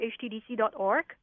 htdc.org